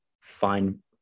find